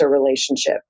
relationship